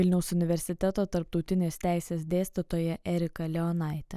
vilniaus universiteto tarptautinės teisės dėstytoja erika leonaitė